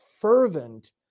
fervent